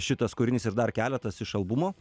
šitas kūrinys ir dar keletas iš albumo